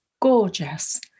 gorgeous